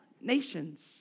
nations